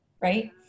Right